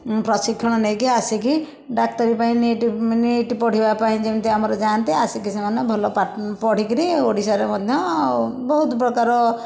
ପ୍ରଶିକ୍ଷଣ ନେଇକି ଆସିକି ଡ଼ାକ୍ତରୀ ପାଇଁ ନୀଟ୍ ନୀଟ୍ ପଢ଼ିବା ପାଇଁ ଯେମତି ଆମର ଯାଆନ୍ତି ଆସିକି ସେମାନେ ଭଲ ପା ପଢ଼ିକିରି ଓଡ଼ିଶାରେ ମଧ୍ୟ ବହୁତ ପ୍ରକାର